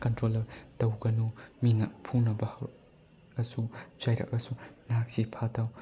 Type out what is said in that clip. control ꯇꯧꯒꯅꯨ ꯃꯤꯅ ꯐꯨꯅꯕ ꯍꯧꯔꯛꯑꯁꯨ ꯆꯩꯔꯛꯑꯁꯨ ꯅꯍꯥꯛꯁꯦ ꯐꯥꯊꯧ